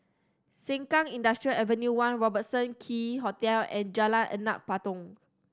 Sengkang Industrial Ave One Robertson Quay Hotel and Jalan Anak Patong